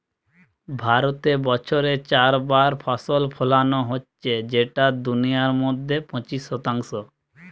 ভারতে বছরে চার বার ফসল ফোলানো হচ্ছে যেটা দুনিয়ার মধ্যে পঁচিশ শতাংশ